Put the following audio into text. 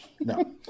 No